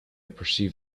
perceived